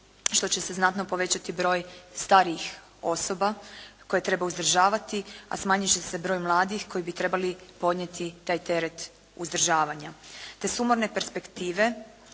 što će se znatno povećati broj starijih osoba koje treba uzdržavati a smanjiti će se broj mladih koji bi trebali podnijeti taj teret uzdržavanja. Te sumorne perspektive